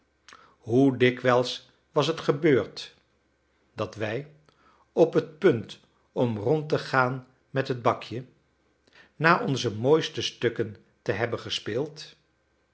hoe dikwijls was het gebeurd dat wij op het punt om rond te gaan met het bakje na onze mooiste stukken te hebben gespeeld